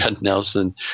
Nelson –